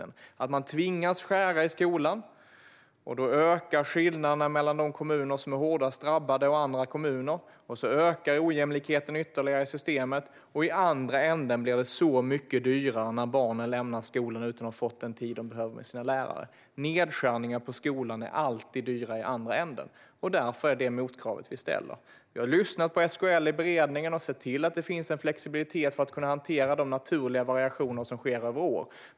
När man tvingas skära ned i skolan ökar skillnaderna mellan de kommuner som är hårdast drabbade och andra kommuner, och då ökar ojämlikheten ytterligare i systemet. Och i andra änden blir det mycket dyrare när barnen lämnar skolan utan att ha fått den tid de behöver med sina lärare. Nedskärningar i skolan är alltid dyra i andra änden. Därför ställer vi detta motkrav. Jag har lyssnat på SKL i beredningen och sett till att det finns en flexibilitet för att kunna hantera de naturliga variationer som sker över år.